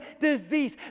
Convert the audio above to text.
disease